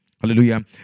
Hallelujah